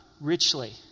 Richly